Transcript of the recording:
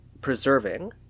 preserving